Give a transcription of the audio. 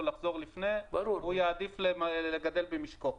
לחזור לפני כן הוא יעדיף לגדל במשקו.